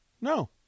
No